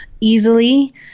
easily